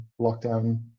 lockdown